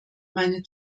meine